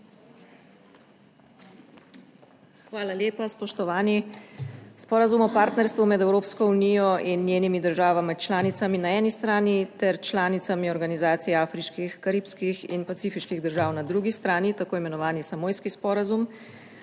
Hvala lepa. Spoštovani! Sporazum o partnerstvu med Evropsko unijo in njenimi državami članicami na eni strani ter članicami Organizacije afriških, karibskih in pacifiških držav na drugi strani, tako imenovani Samojski sporazum,